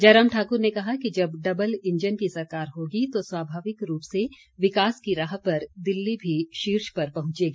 जयराम ठाकुर ने कहा कि जब डबल इंजन की सरकार होगी तो स्वाभाविक रूप से विकास की राह पर दिल्ली भी शीर्ष पर पहुंचेगी